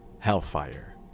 Hellfire